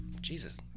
Jesus